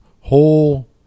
Whole